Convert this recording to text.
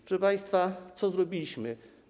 Proszę państwa, co zrobiliśmy?